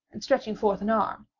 and stretching forth an arm,